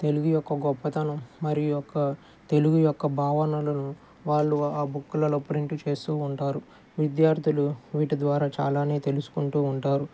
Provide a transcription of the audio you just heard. తెలుగు యొక్క గొప్పతనం మరి ఈ యొక్క ఒక తెలుగు యొక్క భావనలను వాళ్ళు ఆ బుక్లలో ప్రింట్ చేస్తూ ఉంటారు విద్యార్థులు వీటి ద్వారా చాలానే తెలుసుకుంటూ ఉంటారు